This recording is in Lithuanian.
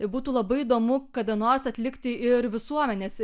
būtų labai įdomu kada nors atlikti ir visuomenės